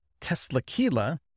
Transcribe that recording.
Teslaquila